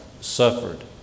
suffered